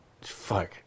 fuck